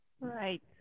Right